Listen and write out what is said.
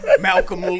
Malcolm